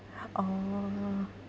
orh